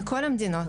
מכל המדינות,